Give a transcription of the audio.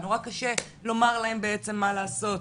נורא קשה לומר להם בעצם מה לעשות.